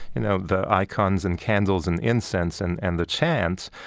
you know, the icons and candles and incense and and the chants,